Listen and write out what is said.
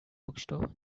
bookstore